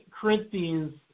Corinthians